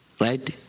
Right